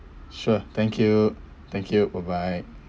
sure thank you thank you bye bye